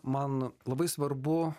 man labai svarbu